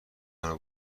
آنها